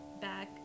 back